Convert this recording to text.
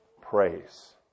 praise